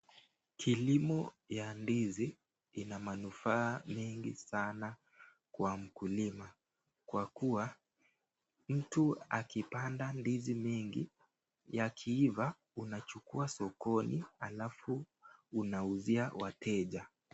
Kilimo ya ndizi ina manufaa mengi sana kwa mkulima kwa kuwa, mtu akipanda ndizi mingi yakiiva unachukua sokoni halafu unauzia wateja.